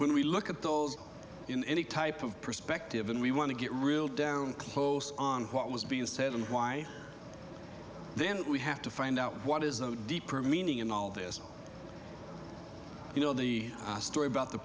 when we look at those in any type of perspective and we want to get real down close on what was being said and why then we have to find out what is no deeper meaning in all this you know the story about the